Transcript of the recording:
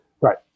Right